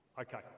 Okay